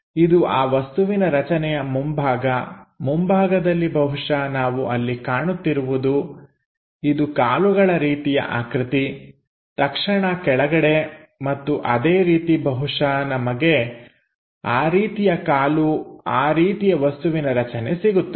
ಇದು ಆ ವಸ್ತುವಿನ ರಚನೆಯ ಮುಂಭಾಗ ಮುಂಭಾಗದಲ್ಲಿ ಬಹುಶಃ ನಾವು ಅಲ್ಲಿ ಕಾಣುತ್ತಿರುವುದು ಇದು ಕಾಲುಗಳ ರೀತಿಯ ಆಕೃತಿ ತಕ್ಷಣ ಕೆಳಗಡೆ ಮತ್ತು ಅದೇ ರೀತಿ ಬಹುಶಃ ನಮಗೆ ಆ ರೀತಿಯ ಕಾಲು ಆ ರೀತಿಯ ವಸ್ತುವಿನ ರಚನೆ ಸಿಗುತ್ತದೆ